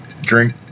Drink